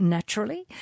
Naturally